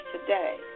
today